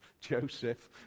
Joseph